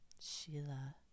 Sheila